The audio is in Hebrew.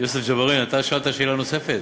יוסף ג'בארין, שאלת שאלה נוספת?